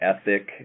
ethic